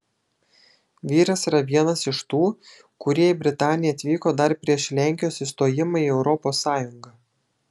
vyras yra vienas iš tų kurie į britaniją atvyko dar prieš lenkijos įstojimą į europos sąjungą